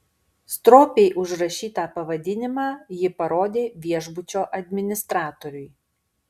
stropiai užrašytą pavadinimą ji parodė viešbučio administratoriui